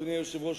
אדוני היושב-ראש,